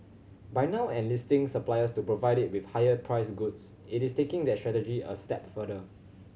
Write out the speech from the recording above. by now enlisting suppliers to provide it with higher priced goods it is taking that strategy a step further